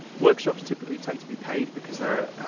workshops typically tend to be paid because they're,